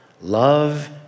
Love